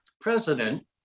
president